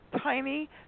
tiny